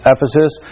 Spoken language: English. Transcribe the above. Ephesus